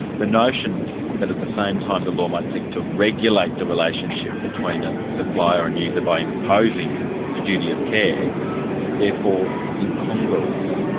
the notion that at the same time the law might seek to regulate the relationship between a supplier and user by imposing a duty of care is therefore incongruous.